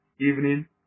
evening